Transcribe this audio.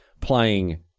playing